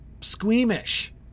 squeamish